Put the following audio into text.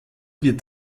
wird